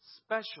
special